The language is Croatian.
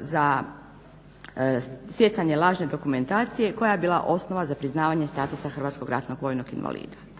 za stjecanje lažne dokumentacije koja je bila osnova za priznavanje statusa hrvatskog ratnog vojnog invalida.